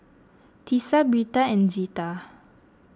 Tisa Birtha and Zita